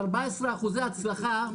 14 אחוזי הצלחה,